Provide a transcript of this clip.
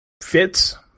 Fits